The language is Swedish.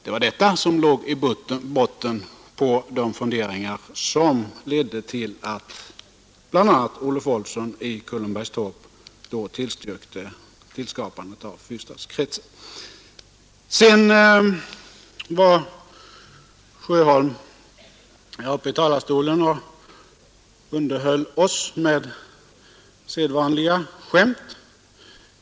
Det var detta som låg i botten på de funderingar som ledde till att bl.a. Olof Olsson i Kullenbergstorp då tillstyrkte tillskapandet av fyrstadskretsen. Sedan var herr Sjöholm uppe i talarstolen och underhöll oss med sedvanliga skämt.